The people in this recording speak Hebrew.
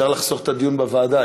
אפשר לחסוך את הדיון בוועדה,